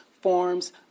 forms